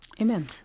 Amen